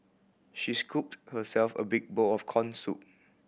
she scooped herself a big bowl of corn soup